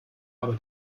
aber